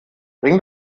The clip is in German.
bring